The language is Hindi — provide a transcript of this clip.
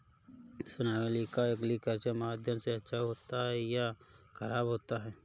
सोनालिका एग्रीकल्चर माध्यम से अच्छा होता है या ख़राब होता है?